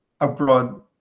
abroad